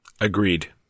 Agreed